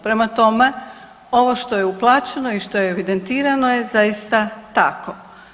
Prema tome, ovo što je uplaćeno i što je evidentirano je zaista tako.